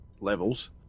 levels